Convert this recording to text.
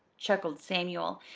chuckled samuel,